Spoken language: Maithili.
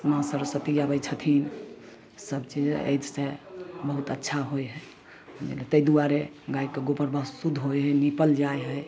माँ सरस्वती आबै छथिन सबचीज एहिसँ बहुत अच्छा होइ हइ बुझलिए ताहि दुआरे गाइके गोबर बहुत शुद्ध होइ हइ निपल जाइ हइ